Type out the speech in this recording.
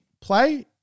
play